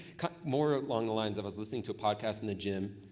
more along the lines of us listening to a podcast in the gym.